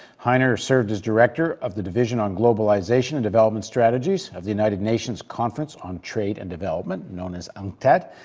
heiner served as director of the division on globalization and development strategies of the united nations conference on trade and development, known as unctad.